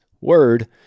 word